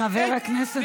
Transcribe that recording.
חבר הכנסת